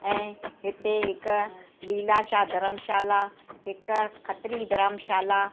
ऐं हिते हिकु लीलाशाह धर्मशाला हिकु खत्री धर्मशाला